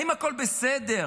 אם הכול בסדר.